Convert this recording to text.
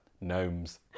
gnomes